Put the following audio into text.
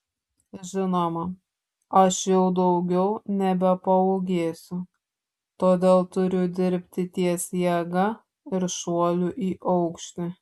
žinoma aš jau daugiau nebepaūgėsiu todėl turiu dirbti ties jėga ir šuoliu į aukštį